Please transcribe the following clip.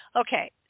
Okay